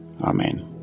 Amen